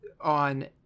on